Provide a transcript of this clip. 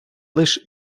лиш